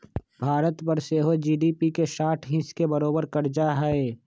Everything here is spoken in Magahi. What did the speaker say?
भारत पर सेहो जी.डी.पी के साठ हिस् के बरोबर कर्जा हइ